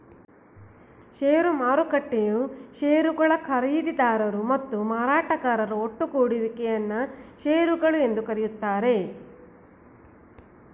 ಷೇರು ಮಾರುಕಟ್ಟೆಯು ಶೇರುಗಳ ಖರೀದಿದಾರರು ಮತ್ತು ಮಾರಾಟಗಾರರ ಒಟ್ಟುಗೂಡುವಿಕೆ ಯನ್ನ ಶೇರುಗಳು ಎಂದು ಕರೆಯುತ್ತಾರೆ